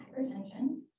hypertension